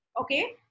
Okay